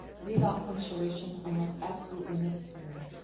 leave out punctuation unless absolutely necessary.